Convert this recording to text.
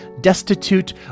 destitute